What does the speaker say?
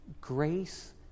Grace